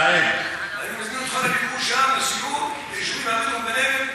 אני מזמין אותך לסיור ביישובים בנגב,